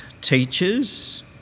teachers